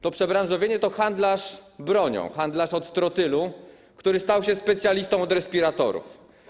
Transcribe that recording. To przebranżowienie to handlarz bronią, handlarz od trotylu, który stał się specjalistą od respiratorów.